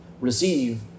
receive